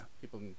People